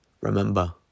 remember